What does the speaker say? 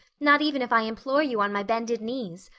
not even if i implore you on my bended knees.